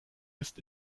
ist